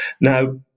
Now